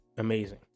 Amazing